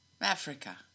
Africa